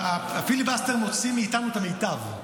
הפיליבסטר מוציא מאיתנו את המיטב.